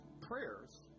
prayers